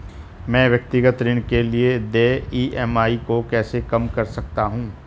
मैं व्यक्तिगत ऋण के लिए देय ई.एम.आई को कैसे कम कर सकता हूँ?